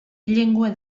llengua